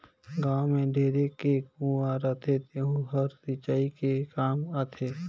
गाँव में ढेरे के कुँआ रहथे तेहूं हर सिंचई के काम आथे